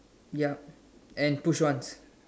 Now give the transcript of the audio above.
ya and push on